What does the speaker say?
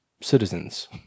citizens